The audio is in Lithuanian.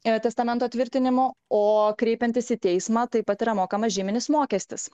jo testamento tvirtinimo o kreipiantis į teismą taip pat yra mokamas žyminis mokestis